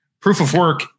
Proof-of-work